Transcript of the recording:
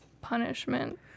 punishment